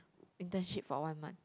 internship for one month